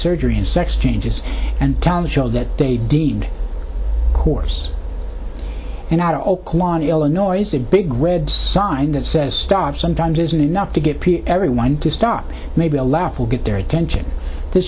surgery and sex changes and talent show that they deemed coarse and out of the illinois a big red sign that says stop some times isn't enough to get everyone to stop maybe a laugh will get their attention t